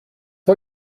you